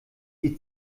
die